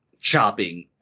chopping